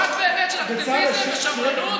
רק בהיבט של אקטיביזם ושמרנות.